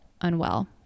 unwell